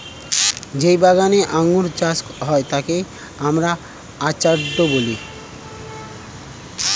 যেই বাগানে আঙ্গুর চাষ হয় তাকে আমরা অর্চার্ড বলি